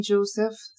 Joseph